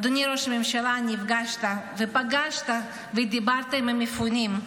אדוני ראש הממשלה, נפגשת ופגשת ודיברת עם המפונים?